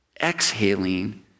exhaling